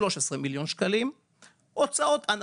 1.8 מיליון עבור הוצאות כלליות